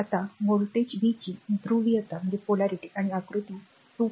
आता voltage v ची ध्रुवीयता आणि आकृती २